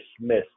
dismissed